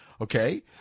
okay